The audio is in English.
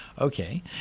Okay